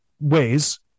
ways